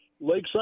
Lakeside